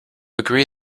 agree